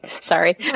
sorry